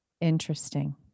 interesting